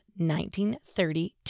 1932